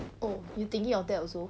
oh you thinking of that also